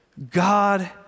God